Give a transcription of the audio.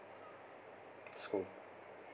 exclude